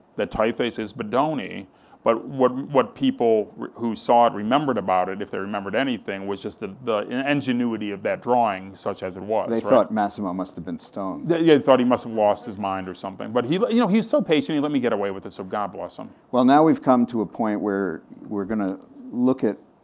the typeface is bodoni, and but what what people who saw it remembered about it, if they remembered anything was just ah the ingenuity of that drawing, such as it was. they thought massimo must have been stoned. yeah, they yeah thought he must have lost his mind, or something. but he but you know was so patient, he let me get away with it, so god bless him. well now we've come to a point where we're gonna look at